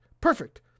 perfect